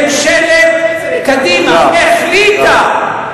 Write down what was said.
ממשלת קדימה החליטה על,